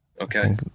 okay